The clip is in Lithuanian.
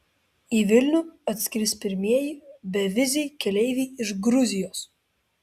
į vilnių atskris pirmieji beviziai keleiviai iš gruzijos